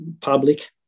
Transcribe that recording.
public